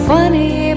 Funny